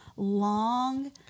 long